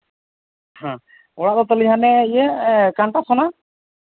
ᱦᱮᱸ ᱚᱲᱟᱜ ᱫᱚ ᱛᱟᱹᱞᱤᱧ ᱦᱟᱱᱮ ᱤᱭᱟᱹ ᱠᱟᱱᱴᱟᱥᱚᱱᱟ